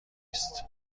است